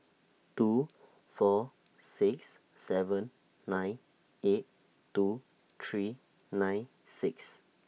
two four six seven nine eight two three nine six